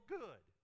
good